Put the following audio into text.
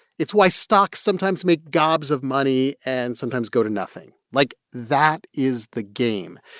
it's why stocks sometimes make gobs of money and sometimes go to nothing. like, that is the game.